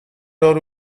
دار